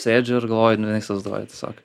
sėdžiu ir galvoju nu neįsivaizduoju tiesiog